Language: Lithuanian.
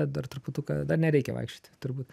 dar truputuką dar nereikia vaikščioti turbūt